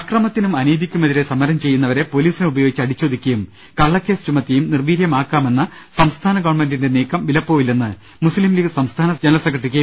അക്രമത്തിനും അനീതിക്കുമെതിരെ സമരം ചെയ്യുന്നവരെ പോലീ സിനെ ഉപയോഗിച്ച് അടിച്ചൊതുക്കിയും കള്ളക്കേസ് ചുമത്തിയും നിർവീ ര്യമാക്കാമെന്ന സംസ്ഥാന ഗവൺമെന്റിന്റെ നീക്കം വിലപ്പോവില്ലെന്ന് മുസ്ലിംലീഗ് സംസ്ഥാന ജനറൽ സെക്രട്ടറി കെ